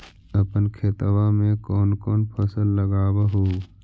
अपन खेतबा मे कौन कौन फसल लगबा हू?